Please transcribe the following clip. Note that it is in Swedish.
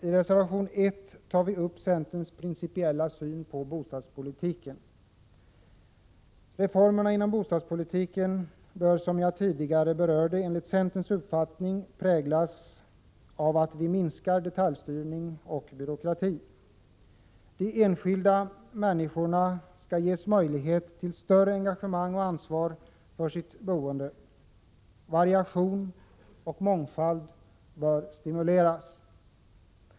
I reservation 2 tar vi upp centerns pricipiella syn på bostadspolitiken. Reformerna inom bostadspolitiken bör, som jag tidigare berörde, enligt centerns uppfattning präglas av att vi minskar detaljstyrning och byråkrati. De enskilda människorna skall ges möjlighet till större engagemang och ansvar för sitt boende. Variation och mångfald bör stimuleras.